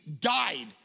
died